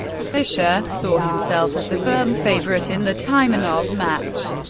fischer saw himself as the firm favorite in the taimanov match.